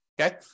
Okay